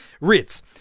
Ritz